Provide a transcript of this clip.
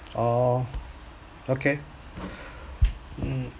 oh okay mm